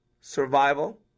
Survival